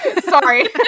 Sorry